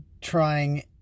trying